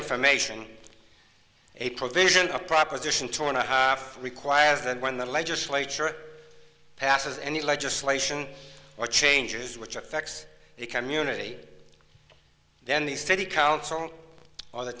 information a provision of proposition twenty requires that when the legislature passes any legislation or changes which affects the community then the city council or the